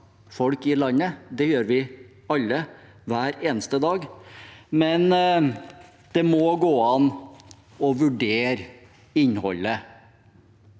folk i landet – det gjør vi alle hver eneste dag – men det må gå an å vurdere innholdet